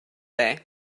they